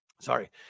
Sorry